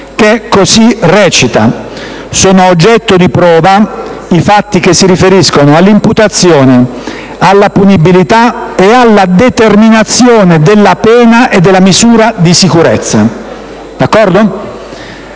che così recita: «Sono oggetto di prova i fatti che si riferiscono all'imputazione, alla punibilità e alla determinazione della pena o della misura di sicurezza». La